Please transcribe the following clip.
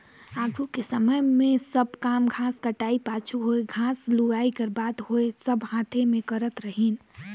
आघु कर समे में एही सब काम घांस कटई कर पाछू होए घांस लुवई कर बात होए सब हांथे में करत रहिन